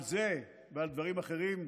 על זה ועל דברים אחרים,